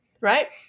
right